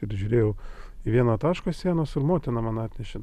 ir žiūrėjau į vieną tašką sienos ir motina man atnešė